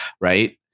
right